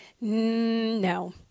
No